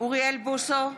אוריאל בוסו,